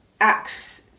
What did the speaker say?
Acts